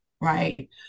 right